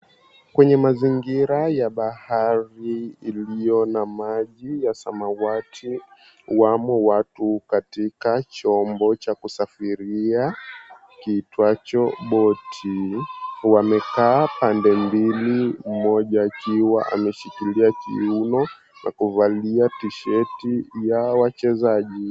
Kwenye mazingira ya bahari iliyo na maji ya samawati, wamo watu katika chombo cha kusafiria kiitwacho boati wamekaa pande mbili, moja akiwa ameshikilia kiuno na kuvalia t-shirt ya wachezaji.